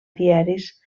diaris